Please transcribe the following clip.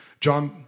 John